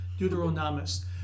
Deuteronomist